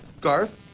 Garth